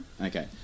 Okay